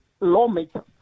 Lawmakers